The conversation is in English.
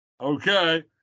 Okay